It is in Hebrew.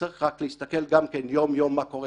צריך רק להסתכל גם יום יום מה קורה